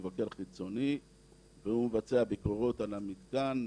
הוא מבקר חיצוני והוא מבצע ביקורות על המתקן,